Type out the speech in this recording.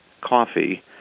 coffee